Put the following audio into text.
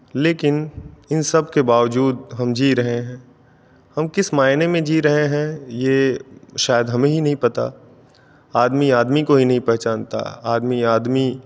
लेकिन इन सब के बावजूद हम जी रहे हैं हम किस मायने में जी रहे हैं ये शायद हमें ही नहीं पता आदमी आदमी को ही नहीं पहचानता आदमी आदमी